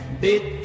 bit